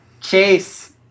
Chase